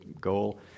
goal